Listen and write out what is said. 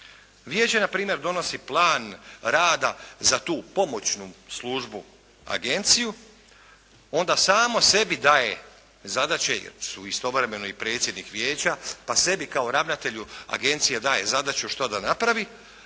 Vijeće na primjer donosi plan rada za tu pomoćnu službu agenciju, onda samo sebi daje zadaće jer su istovremeno i predsjednik vijeća pa sebi kao ravnatelju agencije daje zadaću što da napravi